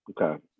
Okay